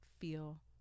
feel